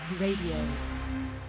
radio